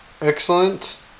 excellent